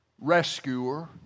rescuer